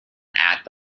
act